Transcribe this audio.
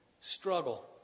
struggle